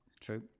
True